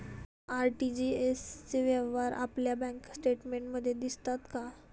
RTGS चे व्यवहार आपल्या बँक स्टेटमेंटमध्ये दिसतात का?